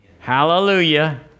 Hallelujah